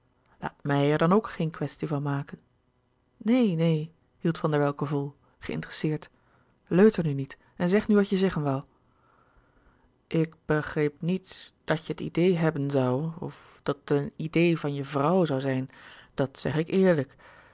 laat mij er dan ook geen kwestie van maken neen neen hield van der welcke vol geïnteresseerd leuter nu niet en zeg nu wat je zeggen woû louis couperus de boeken der kleine zielen ik begreep niet dat je het idee hebben zoû of dat het een idee van je vrouw zoû zijn dat zeg ik eerlijk